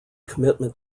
commitment